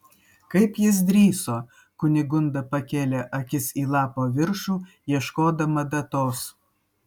kaip jis drįso kunigunda pakėlė akis į lapo viršų ieškodama datos